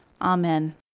Amen